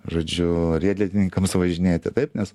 žodžiu riedlentininkams važinėti taip nes